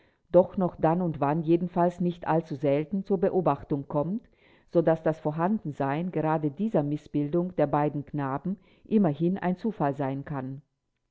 doch noch dann und wann jedenfalls nicht allzuselten zur beobachtung kommt so daß das vorhandensein gerade dieser mißbildung bei beiden knaben immerhin ein zufall sein kann